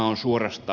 herra puhemies